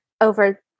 over